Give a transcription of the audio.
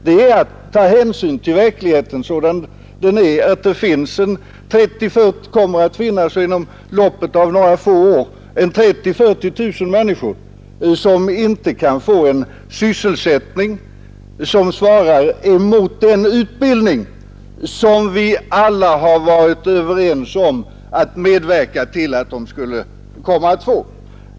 Det är att ta hänsyn till verkligheten sådan den är — att det under loppet av några få år kommer att finnas mellan 30 000 och 40 000 människor som inte kan få en sysselsättning som svarar mot den utbildning vi alla har varit överens om att medverka till att de skall få.